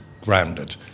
grounded